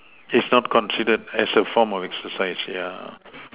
it's not considered as a form of exercise yeah